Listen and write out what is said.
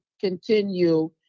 continue